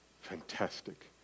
fantastic